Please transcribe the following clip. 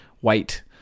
white